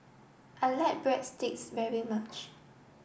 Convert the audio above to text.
I like Breadsticks very much